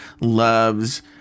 loves –